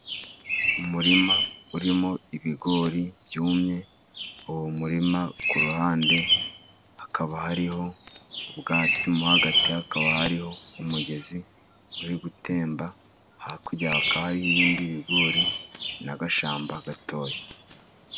Umurima urimo ibigori byumye, uwo murima ku ruhande hakaba hariho ubwatsi, mo hagati hakaba hariho umugezi uri gutemba, hakurya hari ibindi bigori, n'agashyamba gatoya.